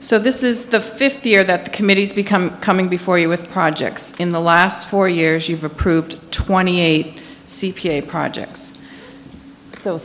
so this is the fifth year that the committees become coming before you with projects in the last four years you've approved twenty eight c p a projects so